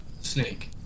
Snake